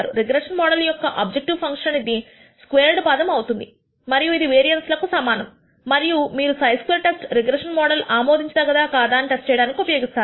regression model యొక్క objective function అనేది squared పదము అవుతుంది మరియు ఇది వేరియన్స్ కు సమానము మరియు మీరు Χ స్క్వేర్ టెస్ట్ రిగ్రెషన్ మోడల్ ఆమోదించతగదా కాదా అని టెస్టింగ్ చేయడానికి ఉపయోగిస్తారు